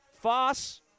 Foss